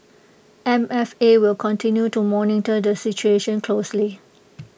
M F A will continue to monitor the situation closely